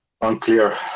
Unclear